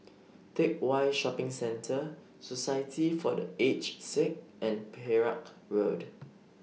Teck Whye Shopping Centre Society For The Aged Sick and Perak Road